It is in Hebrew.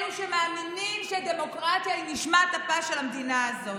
אלו שמאמינים שדמוקרטיה היא נשמת אפה של המדינה הזאת.